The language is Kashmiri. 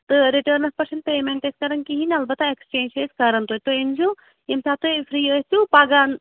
تہٕ رِٹٲرنَس پٮ۪ٹھ چھِنہٕ پیمٮ۪نٹ أسۍ کَران کِہیٖنۍ البَتہ ایکسچینج چھِ أسۍ کَران توتہِ تُہی أنۍ زیو ییٚمہِ ساتہٕ تُہۍ فری ٲسِو پَگہہ